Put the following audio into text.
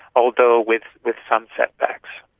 although with with some setbacks.